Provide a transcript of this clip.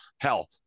hell